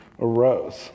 arose